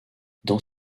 dans